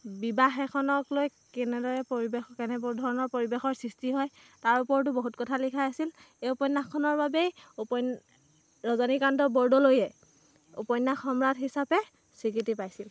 বিবাহ এখনক লৈ কেনেদৰে পৰিৱেশ কেনেধৰণৰ পৰিৱেশৰ সৃষ্টি হয় তাৰ ওপৰতো বহুত কথা লিখা আছিল এই উপন্যাসখনৰ বাবেই ৰজনীকান্ত বৰদলৈয়ে উপন্যাস সম্ৰাট হিচাপে স্বীকৃতি পাইছিল